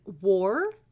war